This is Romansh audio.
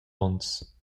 onns